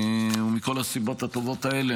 מכל הסיבות הטובות האלה,